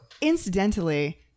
incidentally